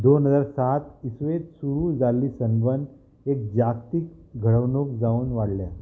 दोन हजार सात इस्वेंत सुरू जाल्ली सनबर्न एक जागतीक घडवणूक जावन वाडल्या